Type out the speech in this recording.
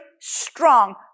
strong